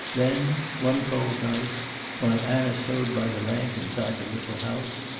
then one cold night while anna sewed by the lamp inside the little house,